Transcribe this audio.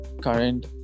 current